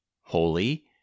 holy